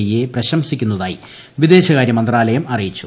ഇയെ പ്രശംസിക്കുന്നതായി വിദേശകാര്യമന്ത്രാലയം അറിയിച്ചു